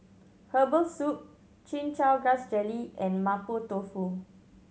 herbal soup Chin Chow Grass Jelly and Mapo Tofu